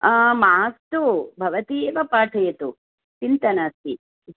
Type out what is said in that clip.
मास्तु भवती एव पाठयतु चिन्ता नास्ति